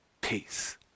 peace